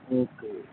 okay